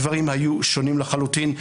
הדברים היו שונים לחלוטין,